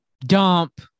dump